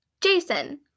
Jason